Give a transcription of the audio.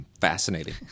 Fascinating